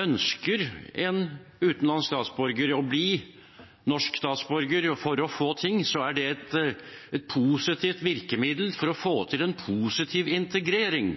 Ønsker en utenlandsk statsborger å bli norsk statsborger for å få ting, er det et positivt virkemiddel for å få til en positiv integrering.